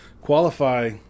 qualify